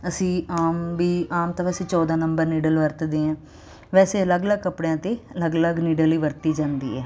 ਅਸੀਂ ਆਮ ਵੀ ਆਮ ਤਾਂ ਵੈਸੇ ਚੌਦਾਂ ਨੰਬਰ ਨੀਡਲ ਵਰਤਦੇ ਆਂ ਵੈਸੇ ਅਲੱਗ ਅਲੱਗ ਕੱਪੜਿਆਂ ਤੇ ਅਲੱਗ ਅਲੱਗ ਨੀਡਲ ਈ ਵਰਤੀ ਜਾਂਦੀ ਐ